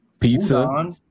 pizza